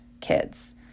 kids